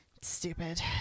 Stupid